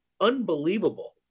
unbelievable